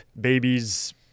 babies